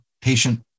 patient